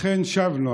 אכן שבנו.